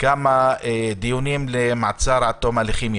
כמה דיונים יש למעצר עד תום ההליכים.